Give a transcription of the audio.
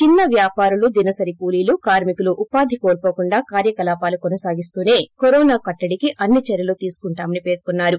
చిన్న వ్యాపారులు దినసరి కూలీలు కార్కికుల ఉపాధి కోల్పోకుండా కార్యకలాపాలు కొనసాగిస్తూసే కరోనా కట్టడికి అన్ని చర్యలు త్సుకుంటామని పేర్చొన్నారు